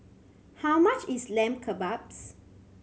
how much is Lamb Kebabs